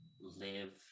live